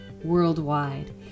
worldwide